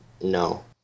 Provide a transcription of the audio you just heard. No